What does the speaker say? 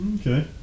Okay